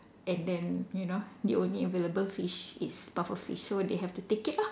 and then you know the only available fish is a pufferfish so they have to take it ah